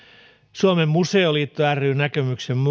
suomen museoliitto ryn näkemyksen